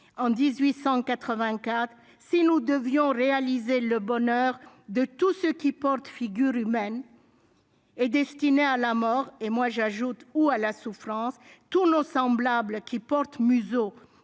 en 1884, « si nous devions réaliser le bonheur de tous ceux qui portent figure humaine et destiner à la mort »- j'ajoute : ou à la souffrance -« tous nos semblables qui portent museau